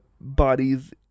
bodies